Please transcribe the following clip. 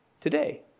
today